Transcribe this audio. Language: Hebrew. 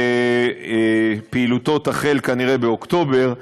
ופעילותו תחל כנראה באוקטובר.